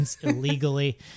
illegally